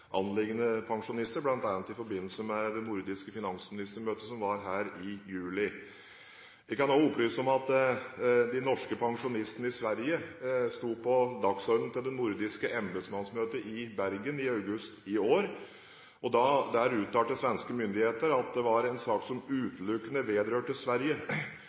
i forbindelse med det nordiske finansministermøtet som var her i juli. Jeg kan også opplyse om at de norske pensjonistene i Sverige sto på dagsordenen til det nordiske embetsmannsmøtet i Bergen i august i år. Der uttalte svenske myndigheter at dette var en sak som utelukkende vedrørte Sverige,